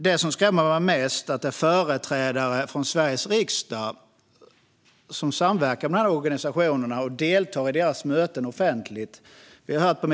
Det som skrämmer mig mest är att företrädare för Sveriges riksdag samverkar med dessa organisationer och deltar offentligt i deras möten.